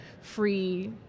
free